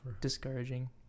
Discouraging